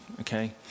Okay